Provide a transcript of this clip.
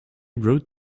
wrote